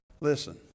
listen